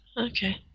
Okay